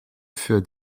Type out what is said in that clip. für